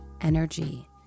energy